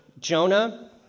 Jonah